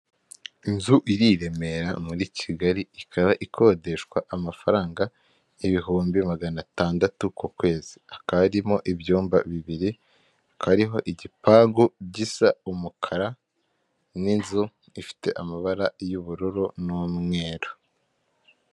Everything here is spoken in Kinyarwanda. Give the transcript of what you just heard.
Inzu iri i Remera muri Kigali, ikaba ikodeshwa amafaranga ibihumbi magana atandatu ku kwezi. Hakaba harimo ibyumba bibiri, hakaba hariho igipangu gisa umukara n'inzu ifite amabara y'ubururu n'umweru.